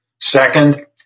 Second